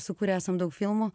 sukūrę esam daug filmų